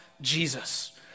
Jesus